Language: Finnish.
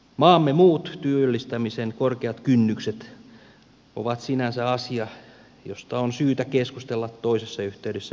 maamme muut työllistämisen korkeat kynnykset ovat sinänsä asia josta on syytä keskustella toisessa yhteydessä mittavammin